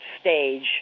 stage